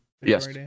yes